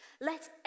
let